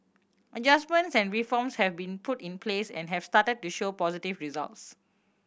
adjustments and reforms have been put in place and have started to show positive results